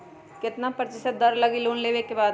कितना प्रतिशत दर लगी लोन लेबे के बाद?